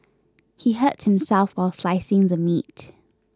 he hurt himself while slicing the meat